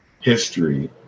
history